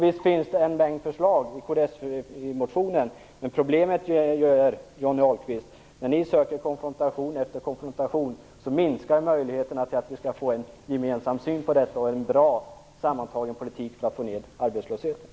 Visst finns det en mängd förslag i kds-motionen. Problemet är, Johnny Ahlqvist, att när ni söker konfrontation minskar möjligheten till en gemensam syn på frågorna och en bra sammantagen politik för att sänka arbetslösheten.